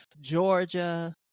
Georgia